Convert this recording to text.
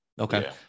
Okay